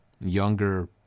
younger